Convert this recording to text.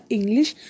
English